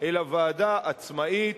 אלא ועדה עצמאית,